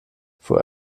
fuhr